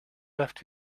left